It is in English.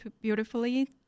beautifully